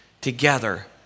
together